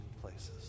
places